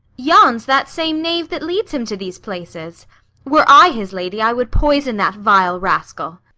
yond's that same knave that leads him to these places were i his lady i would poison that vile rascal.